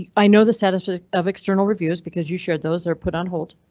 i know the status but of external reviews because you shared those are put on hold.